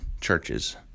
churches